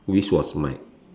which was my